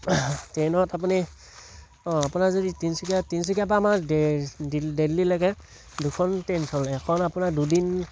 ট্ৰেইনত আপুনি আপোনাৰ যদি তিনচুকীয়া তিনচুকীয়াৰপৰা আমাৰ দেল্লীলৈকে দুখন ট্ৰেইন চলে এখন আপোনাৰ দুদিন